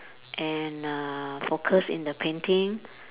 and uh focused in the painting